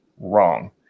wrong